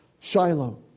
Shiloh